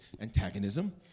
Antagonism